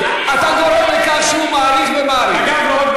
אתה גורם לכך שהוא מאריך ומאריך.